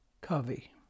Covey